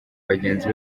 bagenzi